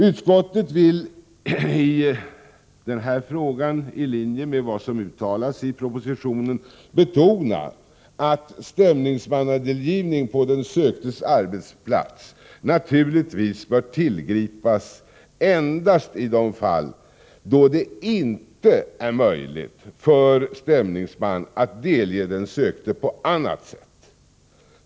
Utskottet vill emellertid i denna fråga i linje med vad som uttalas i propositionen betona att stämningsmannadelgivning på den söktes arbetsplats naturligtvis bör tillgripas endast i de fall då det inte är möjligt för stämningsman att delge den sökte på annat sätt.